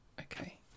Okay